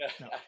no